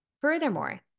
Furthermore